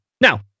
now